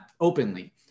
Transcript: openly